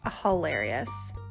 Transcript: hilarious